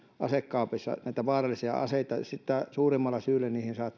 asekaapeissa näitä vaarallisia aseita sitä suuremmalla syyllä